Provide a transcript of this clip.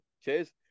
Cheers